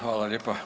Hvala lijepa.